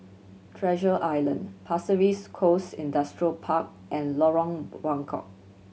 Treasure Island Pasir Ris Coast Industrial Park and Lorong Buangkok